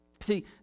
See